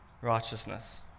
righteousness